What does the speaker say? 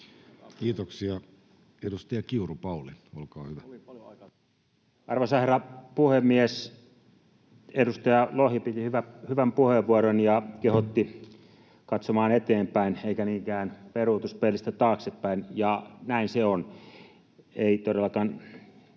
Kiitoksia. — Edustaja Kiuru, Pauli, olkaa hyvä. Arvoisa herra puhemies! Edustaja Lohi piti hyvän puheenvuoron ja kehotti katsomaan eteenpäin eikä niinkään peruutuspeilistä taaksepäin, ja näin se on.